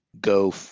go